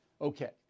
Okay